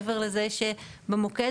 מעבר לכך,